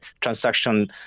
transaction